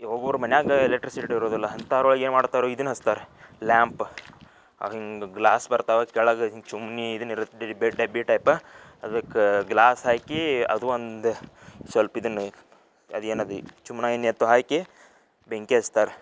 ಈಗ ಒಬ್ಬೊಬ್ರು ಮನ್ಯಾಗ ಎಲೆಕ್ಟ್ರಿಸಿಟಿ ಇರೋದಿಲ್ಲ ಅಂಥವ್ರು ಏನು ಮಾಡ್ತಾರೆ ಇದನ್ನ ಹಚ್ತಾರೆ ಲ್ಯಾಂಪ ಅದು ಹಿಂಗೆ ಗ್ಲಾಸ್ ಬರ್ತಾವೆ ಅದು ಕೆಳಗೆ ಹಿಂಗೆ ಚಿಮಣಿ ಇದನ್ನ ಇರುತ್ತೆ ಡಿಬ್ಬೆ ಡಬ್ಬೆ ಟೈಪ ಅದಕ್ಕೆ ಗ್ಲಾಸ್ ಹಾಕಿ ಅದು ಒಂದು ಸ್ವಲ್ಪ ಇದನ್ನು ಅದು ಏನು ಅದು ಚಿಮ್ಣಿ ಎಣ್ಣೆ ಎಂತೋ ಹಾಕಿ ಬೆಂಕಿ ಹಚ್ತಾರೆ